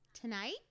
tonight